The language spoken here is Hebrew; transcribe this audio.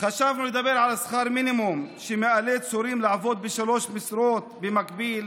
חשבנו לדבר על שכר מינימום שמאלץ הורים לעבוד בשלוש משרות במקביל,